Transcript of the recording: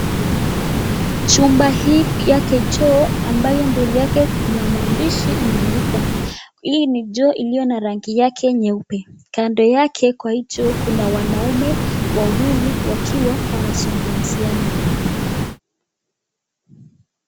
Chumba hii yake choo ambayo mbele yake kuna maandishi imeandikwa, hii ni choo iliyo na rangi yake nyeupe. Kando yake kwa hii choo kuna wanaume wawili wakiwa wanazungumziana